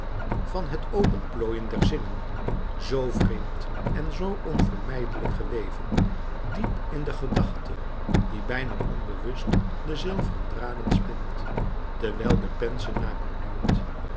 van het openplooien der zinnen zoo vreemd en zoo onvermijdelijk geweven diep in de gedachte die bijna onbewust de zilveren draden spint terwijl de